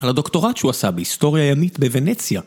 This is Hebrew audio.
על הדוקטורט שהוא עשה בהיסטוריה ימית בוונציה